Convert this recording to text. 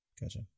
Gotcha